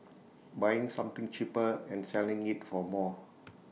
buying something cheaper and selling IT for more